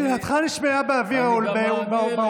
שאלתך נשמעה באוויר באולם.